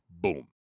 Boom